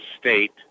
state